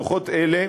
דוחות אלה